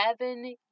seven